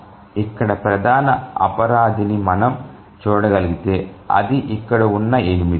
ఇక్కడ ప్రధాన అపరాధిని మనం చూడగలిగితే అది ఇక్కడ ఉన్న 8